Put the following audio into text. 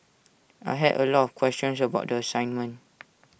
I had A lot of questions about the assignment